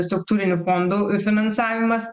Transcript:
struktūrinių fondų finansavimas